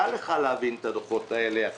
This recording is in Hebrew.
קל לך להבין את הדוחות האלה יחסית.